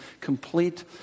complete